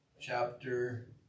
chapter